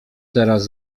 teraz